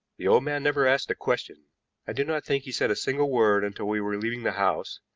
the old man never asked a question i do not think he said a single word until we were leaving the house,